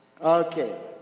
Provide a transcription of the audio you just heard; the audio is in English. Okay